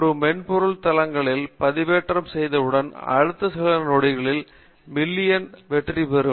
ஒரு மென்பொருளை இத்தலங்களில் பதிவேற்றம் செய்தவுடன் அடுத்த சில நொடிகள் ஒரு மில்லியன் வெற்றி இருக்கும்